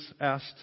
asked